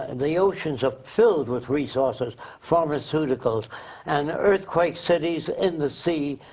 and the oceans are filled with resources pharmaceuticals and earthquake cities in the sea,